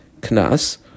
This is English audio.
knas